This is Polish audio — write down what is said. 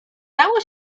dało